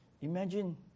Imagine